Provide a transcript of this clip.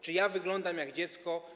Czy wyglądam jak dziecko?